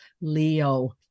leo